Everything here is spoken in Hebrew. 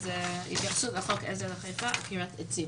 התייחסות לחוק עזר חיפה, עקירת עצים.